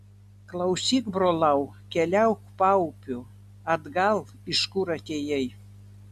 klausyk brolau keliauk paupiu atgal iš kur atėjai